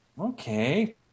okay